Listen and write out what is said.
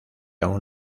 aún